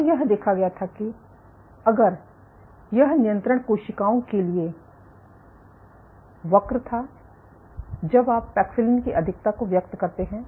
और यह देखा गया था कि अगर यह नियंत्रण कोशिकाओं के लिए वक्र था जब आप पैक्सिलिन कि अधिकता को व्यक्त करते हैं